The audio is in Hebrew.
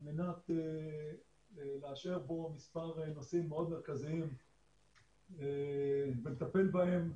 על-מנת לאשר בו מספר נושאים מאוד מרכזיים ולטפל בהם.